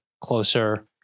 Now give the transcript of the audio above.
closer